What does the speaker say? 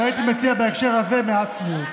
הייתי מציע בהקשר הזה מעט צניעות.